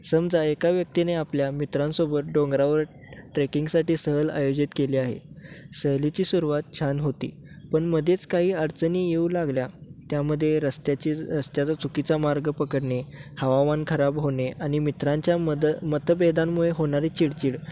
समजा एका व्यक्तीने आपल्या मित्रांसोबत डोंगरावर ट्रेकिंगसाठी सहल आयोजित केली आहे सहलीची सुरवात छान होती पण मध्येच काही अडचणी येऊ लागल्या त्यामध्ये रस्त्याची रस्त्याचा चुकीचा मार्ग पकडणे हवामान खराब होणे आणि मित्रांच्या मद मतभेदांमुळे होणारी चिडचिड